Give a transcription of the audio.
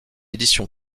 édition